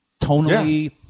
tonally